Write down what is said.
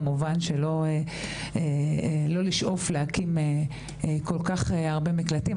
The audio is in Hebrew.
כמובן לא לשאוף להקים כל כך הרבה מקלטים,